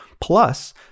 Plus